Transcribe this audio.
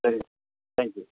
சரி thank you